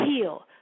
heal